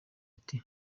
ati